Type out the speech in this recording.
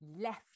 left